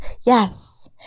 Yes